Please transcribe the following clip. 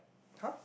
!huh!